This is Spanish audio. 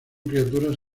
criaturas